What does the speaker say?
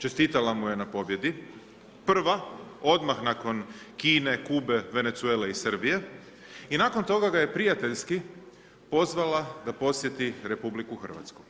Čestitala mu je na pobjedi prva, odmah nakon Kine, Kube, Venezuele i Srbije i nakon toga ga je prijateljski pozvala da posjeti RH.